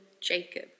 Jacob